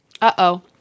Uh-oh